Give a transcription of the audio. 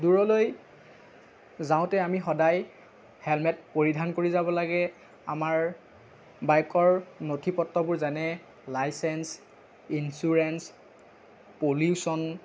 দূৰলৈ যাওঁতে আমি সদায় হেলমেট পৰিধান কৰি যাব লাগে আমাৰ বাইকৰ নথি পত্ৰবোৰ যেনে লাইচেঞ্চ ইঞ্চুৰেঞ্চ পলিউশ্যন